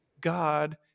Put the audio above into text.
God